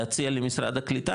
להציע למשרד הקליטה,